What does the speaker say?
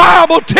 Bible